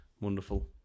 Wonderful